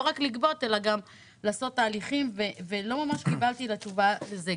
לא רק לגבות אלא גם לעשות תהליכים אבל לא ממש קיבלתי את התשובה לזה.